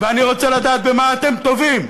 ואני רוצה לדעת במה אתם טובים.